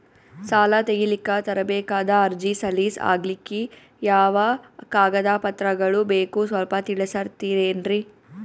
ಸಾಲ ತೆಗಿಲಿಕ್ಕ ತರಬೇಕಾದ ಅರ್ಜಿ ಸಲೀಸ್ ಆಗ್ಲಿಕ್ಕಿ ಯಾವ ಕಾಗದ ಪತ್ರಗಳು ಬೇಕು ಸ್ವಲ್ಪ ತಿಳಿಸತಿರೆನ್ರಿ?